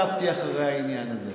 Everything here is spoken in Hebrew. עזוב.